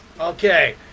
okay